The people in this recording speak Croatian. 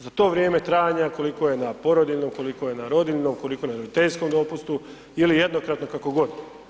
Za to vrijeme trajanja koliko je na porodiljnom, koliko je na rodiljnom, koliko na roditeljskom dopustu ili jednokratno kako god.